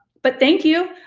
but thank you.